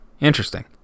Interesting